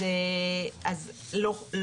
אז לא.